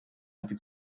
empty